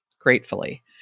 gratefully